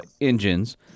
engines